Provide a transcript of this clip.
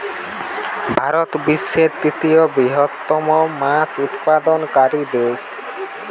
ভারত বিশ্বের তৃতীয় বৃহত্তম মাছ উৎপাদনকারী দেশ